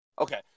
Okay